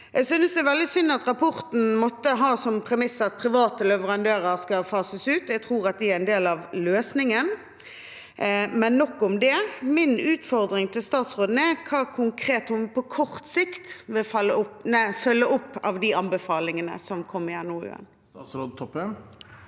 Jeg synes det er veldig synd at rapporten måtte ha som premiss at private leverandører skal fases ut. Jeg tror at de er en del av løsningen, men nok om det. Min utfordring til statsråden er hva hun konkret, på kort sikt, vil følge opp av de anbefalingene som kom i NOU-en. Statsråd